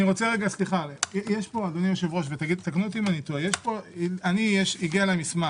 אדוני היושב-ראש, יש פה משהו